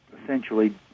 essentially